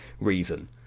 reason